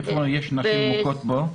איפה יש נשים מוכות פה?